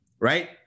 right